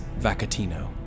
Vacatino